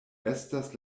estas